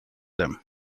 them